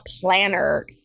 planner